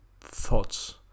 thoughts